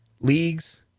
leagues